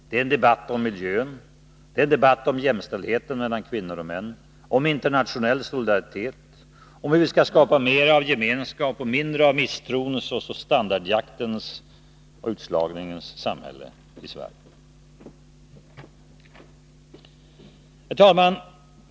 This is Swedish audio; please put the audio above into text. Det är en debatt om miljön, om jämställdheten mellan kvinnor och män, om internationell solidaritet, om hur vi skall skapa mera av gemenskap och mindre av misstrons, standardjaktens och utslagningens samhälle i Sverige. Herr talman!